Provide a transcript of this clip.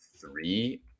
Three